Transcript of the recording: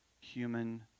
human